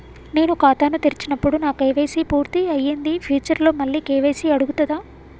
నేను ఖాతాను తెరిచినప్పుడు నా కే.వై.సీ పూర్తి అయ్యింది ఫ్యూచర్ లో మళ్ళీ కే.వై.సీ అడుగుతదా?